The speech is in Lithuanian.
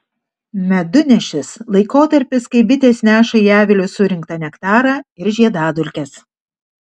medunešis laikotarpis kai bitės neša į avilius surinktą nektarą ir žiedadulkes